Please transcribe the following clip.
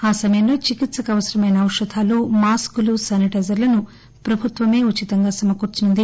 ఆ సమయంలో చికిత్పకు అవసరమైన ఔషధాలు మాస్క్లు శానిటైజర్లను ప్రభుత్వమే ఉచితంగా సమకూర్సనుంది